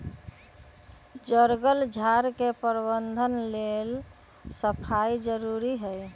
जङगल झार के प्रबंधन लेल सफाई जारुरी हइ